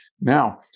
Now